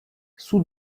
sous